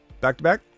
Back-to-back